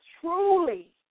truly